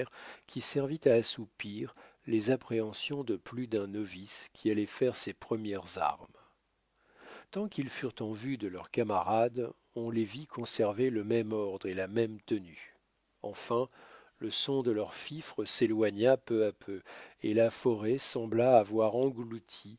qui servit à assoupir les appréhensions de plus d'un novice qui allait faire ses premières armes tant qu'ils furent en vue de leurs camarades on les vit conserver le même ordre et la même tenue enfin le son de leurs fifres s'éloigna peu à peu et la forêt sembla avoir englouti